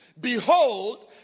behold